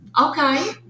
Okay